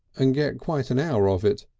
and get quite an hour of it,